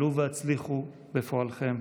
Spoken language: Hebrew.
עלו והצליחו בפועלכם.